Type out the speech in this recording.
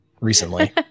recently